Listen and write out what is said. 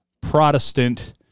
Protestant